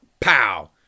Pow